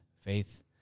Faith